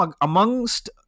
amongst